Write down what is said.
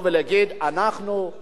אנחנו נתנגד.